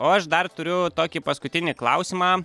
o aš dar turiu tokį paskutinį klausimą